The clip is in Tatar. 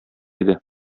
иде